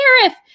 sheriff